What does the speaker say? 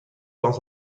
pas